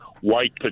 white